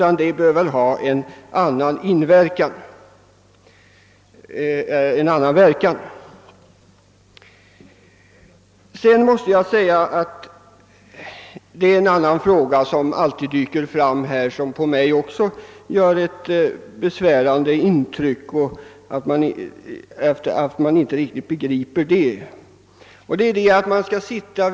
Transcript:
I detta sammanhang dyker det alltid upp en annan fråga, som det är besvärande att man inte tycks förstå.